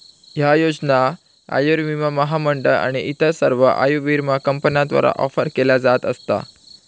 ह्या योजना आयुर्विमा महामंडळ आणि इतर सर्व आयुर्विमा कंपन्यांद्वारा ऑफर केल्या जात असा